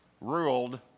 ruled